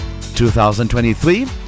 2023